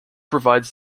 provides